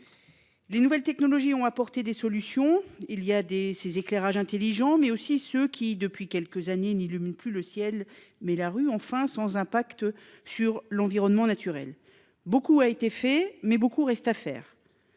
Les nouvelles technologies ont apporté des solutions. Il y a des ces éclairage intelligent mais aussi ceux qui depuis quelques années, ni le même plus le ciel mais la rue enfin sans impact sur l'environnement naturel. Beaucoup a été fait mais beaucoup reste à faire.